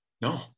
No